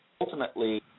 ultimately